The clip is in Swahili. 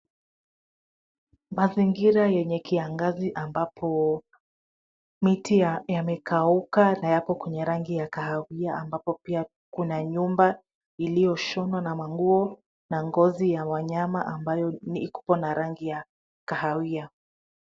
Mazingira yenye kiangazi ambapo miti yamekauka na yako kwenye rangi ya kahawia ambapo pia kuna nyumba iliyoshonwa na manguo na ngozi ya wanyama ambayo iko na rangi ya kahawia.